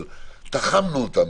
אבל תחמנו אותה,